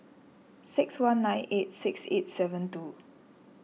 six one nine eight six eight seven two